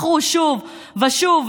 בחרו שוב ושוב,